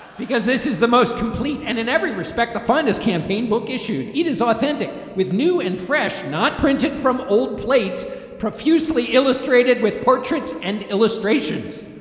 because this is the most complete and in every respect the finest campaign book issued. it is authentic with new and fresh not printed from old plates profusely illustrated with portraits and illustrations